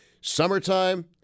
Summertime